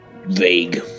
vague